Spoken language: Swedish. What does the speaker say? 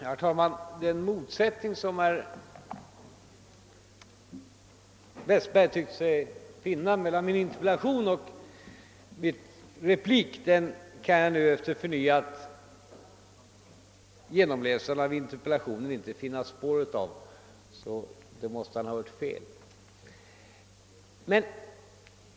Herr talman! Den motsättning som herr Westberg tyckt sig finna mellan mitt interpellationssvar och min replik kan jag efter förnyad genomläsning av interpellationssvaret inte finna spår av. Herr Westberg måste ha hört fel.